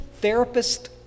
therapist